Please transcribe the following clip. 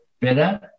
better